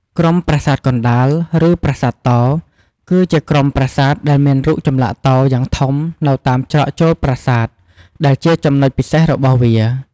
ក្រុមប្រាសាទកណ្ដាល ឬប្រាសាទតោ គឺជាក្រុមប្រាសាទដែលមានរូបចម្លាក់សត្វតោយ៉ាងធំនៅតាមច្រកចូលប្រាសាទ ដែលជាចំណុចពិសេសរបស់វា។